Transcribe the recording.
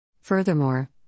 Furthermore